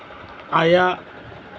ᱟᱭᱟᱜ